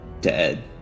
dead